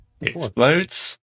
explodes